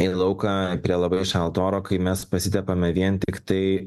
į lauką prie labai šalto oro kai mes pasitepame vien tiktai